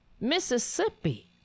Mississippi